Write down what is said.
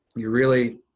you really,